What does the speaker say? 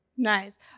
Nice